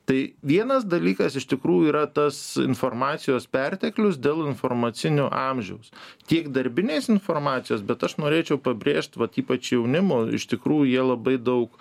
tai vienas dalykas iš tikrųjų yra tas informacijos perteklius dėl informacinių amžiaus tiek darbinės informacijos bet aš norėčiau pabrėžt vat ypač jaunimo iš tikrųjų jie labai daug